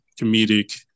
comedic